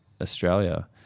australia